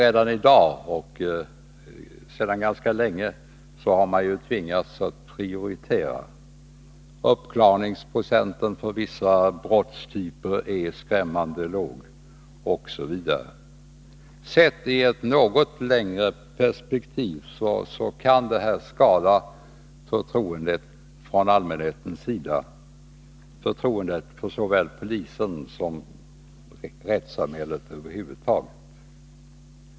Man har ju sedan ganska länge tvingats prioritera. Procenten uppklarade fall för vissa brottstyper är skrämmande låg. Sett i ett något längre perspektiv kan detta skada förtroendet från allmänhetens sida, och det gäller då förtroendet för såväl polisen som rättssamhället över huvud taget.